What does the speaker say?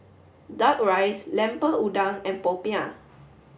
duck rice Lemper Udang and Popiah